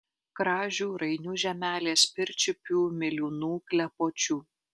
kražių rainių žemelės pirčiupių miliūnų klepočių